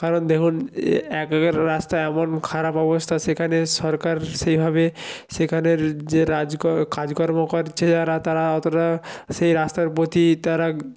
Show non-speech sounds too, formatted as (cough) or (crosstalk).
কারণ দেখুন একএকটা রাস্তা এমন খারাপ অবস্থা সেখানে সরকার সেইভাবে সেখানের যে (unintelligible) কাজকর্ম করছে যারা তারা অতটা সেই রাস্তার প্রতি তারা